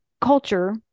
culture